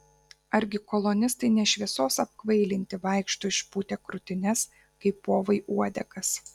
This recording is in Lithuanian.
argi kolonistai ne šviesos apkvailinti vaikšto išpūtę krūtines kaip povai uodegas